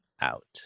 out